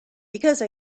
because